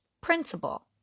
principle